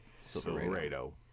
Silverado